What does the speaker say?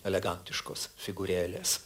elegantiškos figūrėlės